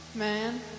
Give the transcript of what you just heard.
Man